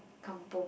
Kampung